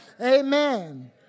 Amen